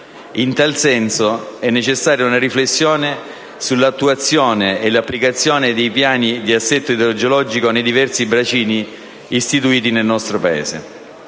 In tal senso è necessaria una riflessione sull'attuazione e l'applicazione dei piani di assetto idrogeologico nei diversi bacini istituiti nel nostro